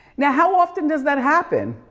now, how often does that happen?